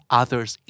others